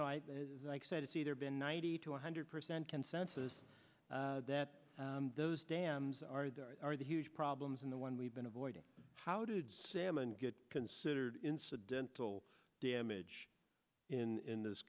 know i said it's either been ninety to one hundred percent consensus that those dams are there are the huge problems in the one we've been avoiding how did salmon get considered incidental damage in this